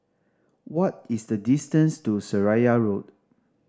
what is the distance to Seraya Road